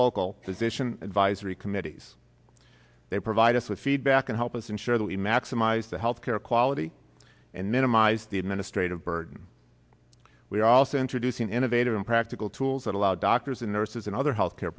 local physician advisory committees they provide us with feedback and help us ensure that we maximize the health care quality and minimize the administrative burden we are also introducing innovative and practical tools that allow doctors and nurses and other health care